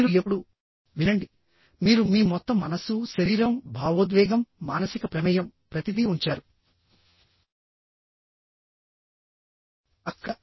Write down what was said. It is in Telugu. మీరు ఎప్పుడు వినండి మీరు మీ మొత్తం మనస్సు శరీరం భావోద్వేగం మానసిక ప్రమేయం ప్రతిదీ ఉంచారు అక్కడ